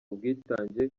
ubwitange